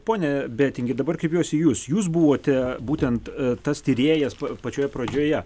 pone betingi dabar kreipiuosi į jus jūs buvote būtent tas tyrėjas pačioje pradžioje